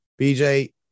BJ